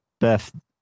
beth